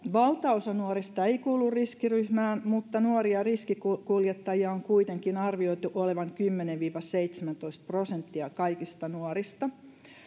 valtaosa nuorista ei kuulu riskiryhmään mutta nuoria riskikuljettajia on kuitenkin arvioitu olevan kymmenen viiva seitsemäntoista prosenttia kaikista nuorista